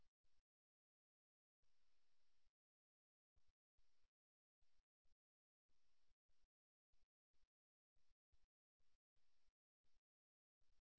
பாதங்கள் நம் உடலின் மிகவும் வெளிப்படையான இரண்டு பாகங்கள் என்பது அறியப்பட்ட உண்மை நம் கால்களும் பாதங்களும் தொடர்புகொள்வதைப் பற்றி நாம் என்ன கண்டுபிடிப்போம் என்று பார்ப்போம்